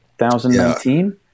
2019